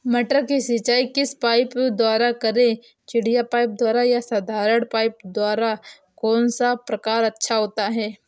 मटर की सिंचाई किस पाइप द्वारा करें चिड़िया पाइप द्वारा या साधारण पाइप द्वारा कौन सा प्रकार अच्छा होता है?